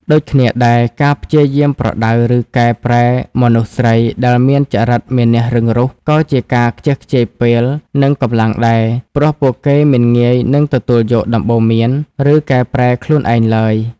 ដូចគ្នាដែរ ការព្យាយាមប្រដៅ ឬកែប្រែមនុស្សស្រីដែលមានចរិតមានះរឹងរូស ក៏ជាការខ្ជះខ្ជាយពេល និងកម្លាំងដែរ ព្រោះពួកគេមិនងាយនឹងទទួលយកដំបូន្មាន ឬកែប្រែខ្លួនឯងឡើយ។